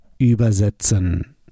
übersetzen